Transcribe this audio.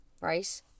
right